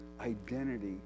identity